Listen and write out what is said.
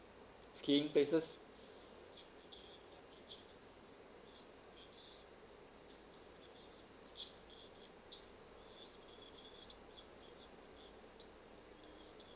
skiing places